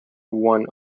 one